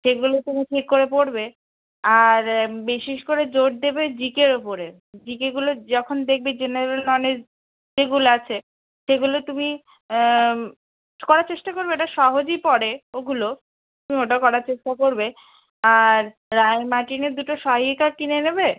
সেগুলো তুমি ঠিক করে পড়বে আর বিশেষ করে জোর দেবে জি কের ওপরে জি কেগুলো যখন দেখবে জেনারেল নলেজ যেগুলো আছে সেগুলো তুমি করার চেষ্টা করবে ওটা সহজই পড়ে ওগুলো তুমি ওটা করার চেষ্টা করবে আর রায় অ্যান্ড মার্টিনের দুটো সহায়িকা কিনে নেবে